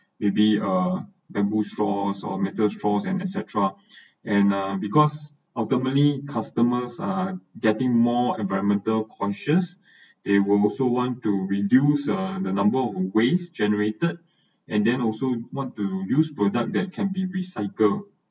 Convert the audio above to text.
maybe uh bamboo straws or metal straws and et cetera and uh because ultimately customers are getting more environmental conscious they will also want to reduce the number of waste generated and then also want to reduce product that can be recycled